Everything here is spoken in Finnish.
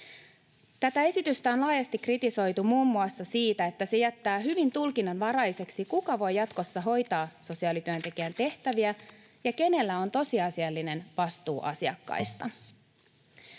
Tätä esitystä on laajasti kritisoitu muun muassa siitä, että se jättää hyvin tulkinnanvaraiseksi, kuka voi jatkossa hoitaa sosiaalityöntekijän tehtäviä ja kenellä on tosiasiallinen vastuu asiakkaista.